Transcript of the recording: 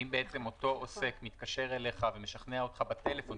אם בעצם אותו עוסק מתקשר אליך ומשכנע אותך בטלפון.